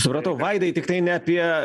supratau vaidai tiktai ne apie